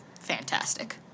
fantastic